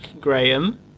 Graham